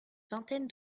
vingtaine